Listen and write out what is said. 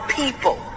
people